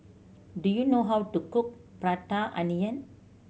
do you know how to cook Prata Onion